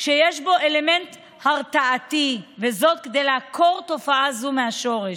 שיש בו אלמנט הרתעתי, כדי לעקור תופעה זו מהשורש.